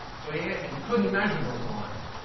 so he yeah he couldn't measure those lines.